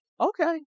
Okay